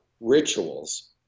rituals